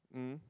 mm